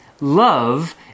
Love